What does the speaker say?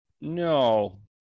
no